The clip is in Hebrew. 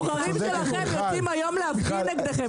הבוחרים שלכם יוצאים היום להפגין נגדכם.